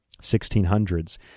1600s